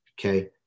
Okay